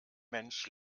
mensch